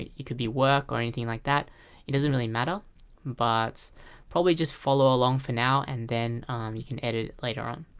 it it could be work or anything like that it doesn't really matter but probably just follow along for now and then you can edit it later on